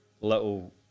little